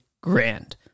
grand